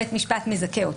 בית משפט מזכה אותו.